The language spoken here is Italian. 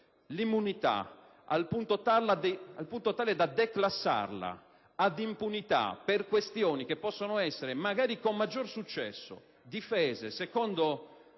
Presidente del Consiglio, ma declassarla ad impunità per questioni che possono essere, magari con maggior successo, difese secondo